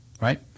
Right